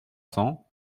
cents